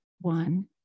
one